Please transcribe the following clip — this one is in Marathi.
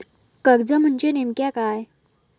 कर्ज म्हणजे नेमक्या काय?